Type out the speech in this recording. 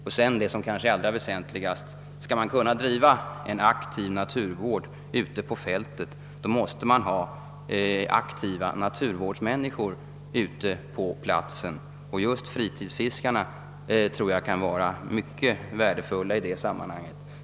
Och det kanske allra väsentligaste är att om man skall kunna driva en aktiv naturvård ute på fältet måste man ha aktiva naturvårdsmänniskor på platsen. Just fritidsfiskarna tror jag kan vara mycket värdefulla i det sammanhanget.